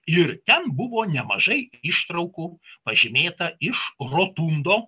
ir ten buvo nemažai ištraukų pažymėta iš rotundo